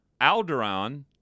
Alderaan